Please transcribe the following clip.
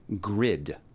GRID